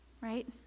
right